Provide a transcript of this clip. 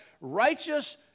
righteous